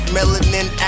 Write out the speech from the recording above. Melanin